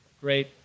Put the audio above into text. great